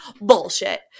bullshit